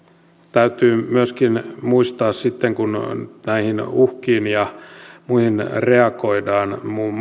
täytyy myöskin muistaa sitten kun näihin uhkiin ja muihin reagoidaan muun